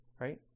right